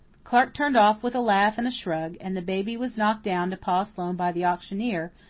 clarke turned off with a laugh and a shrug, and the baby was knocked down to pa sloane by the auctioneer,